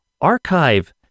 archive